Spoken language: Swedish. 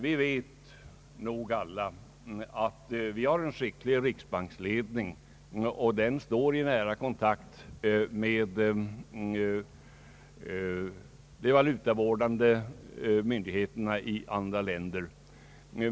Vi vet nog alla att vi har en skicklig riksbanksledning, som står i nära kontakt med de valutavårdande myndigheterna i andra länder.